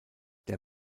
der